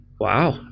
Wow